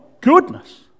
goodness